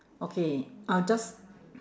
okay I'll just